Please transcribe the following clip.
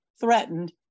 threatened